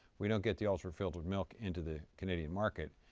we don't get the ultra-filtered milk into the canadian market.